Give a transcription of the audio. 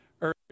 earlier